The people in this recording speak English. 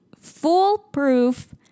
foolproof